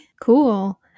cool